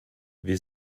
wir